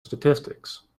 statistics